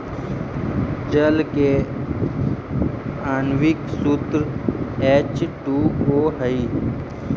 जल के आण्विक सूत्र एच टू ओ हई